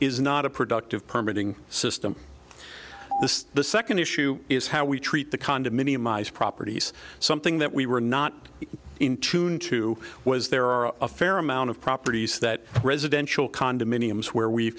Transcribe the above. is not a productive permeating system this is the second issue is how we treat the condominium eyes properties something that we were not in tune to was there are a fair amount of properties that residential condominiums where we